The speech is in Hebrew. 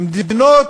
מדינות